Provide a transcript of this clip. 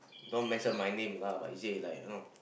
don't mention my name lah but he say like you know